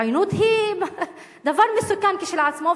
והעוינות היא דבר מסוכן כשלעצמו,